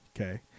Okay